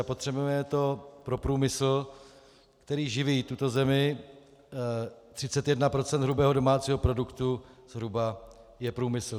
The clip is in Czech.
Potřebujeme to pro průmysl, který živí tuto zemi, 31 % hrubého domácího produktu zhruba je průmysl.